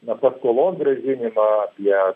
na paskolos grąžinimą apie